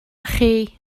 chi